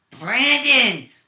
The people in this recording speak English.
Brandon